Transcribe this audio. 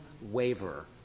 waiver